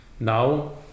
Now